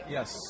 Yes